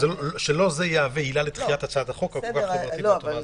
שלא זה יהווה עילה לדחיית הצעת החוק הכול כך חברתי הזה.